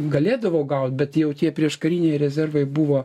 galėdavo gaut bet jau tie prieškariniai rezervai buvo